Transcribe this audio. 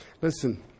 Listen